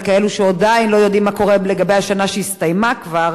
על כאלו שעדיין לא יודעים מה קורה לגבי השנה שהסתיימה כבר,